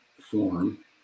form